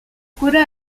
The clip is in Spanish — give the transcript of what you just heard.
cura